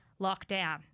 lockdown